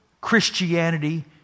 Christianity